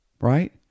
right